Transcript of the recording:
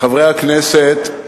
חברי הכנסת,